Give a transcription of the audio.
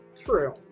True